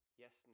yes